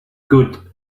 good